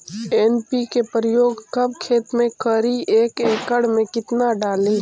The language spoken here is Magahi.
एन.पी.के प्रयोग कब खेत मे करि एक एकड़ मे कितना डाली?